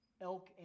elk